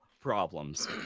problems